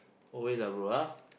always ah bro ah